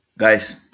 Guys